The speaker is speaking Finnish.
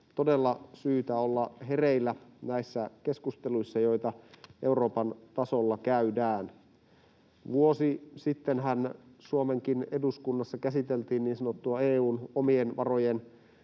todella syytä olla hereillä näissä keskusteluissa, joita Euroopan tasolla käydään. Vuosi sittenhän Suomenkin eduskunnassa käsiteltiin niin sanottua ”EU:n omien varojen